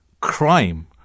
crime